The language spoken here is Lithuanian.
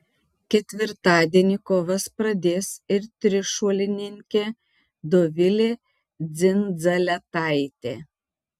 ketvirtadienį kovas pradės ir trišuolininkė dovilė dzindzaletaitė